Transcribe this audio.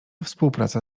współpraca